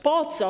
Po co?